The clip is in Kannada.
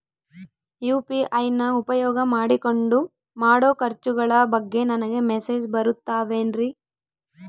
ಯು.ಪಿ.ಐ ನ ಉಪಯೋಗ ಮಾಡಿಕೊಂಡು ಮಾಡೋ ಖರ್ಚುಗಳ ಬಗ್ಗೆ ನನಗೆ ಮೆಸೇಜ್ ಬರುತ್ತಾವೇನ್ರಿ?